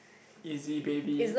easy baby